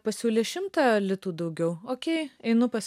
pasiūlys šimtą litų daugiau okei einu pas